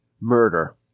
murder